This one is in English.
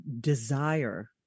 desire